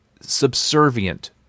subservient